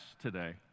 today